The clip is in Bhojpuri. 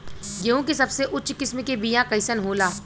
गेहूँ के सबसे उच्च किस्म के बीया कैसन होला?